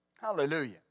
Hallelujah